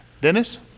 Dennis